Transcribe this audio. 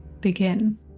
begin